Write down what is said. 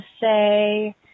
say